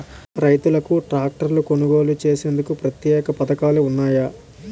రైతులకు ట్రాక్టర్లు కొనుగోలు చేసేందుకు ప్రత్యేక పథకాలు ఉన్నాయా?